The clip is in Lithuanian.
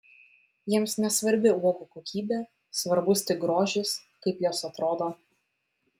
jiems nesvarbi uogų kokybė svarbus tik grožis kaip jos atrodo